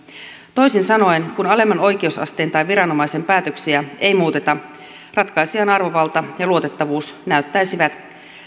toisin sanoen kun alemman oikeusasteen tai viranomaisen päätöksiä ei muuteta ratkaisijan arvovalta ja luotettavuus näyttäisivät